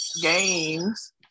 games